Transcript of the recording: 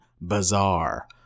bazaar